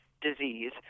disease